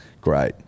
Great